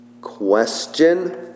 Question